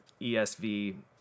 ESV